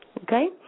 Okay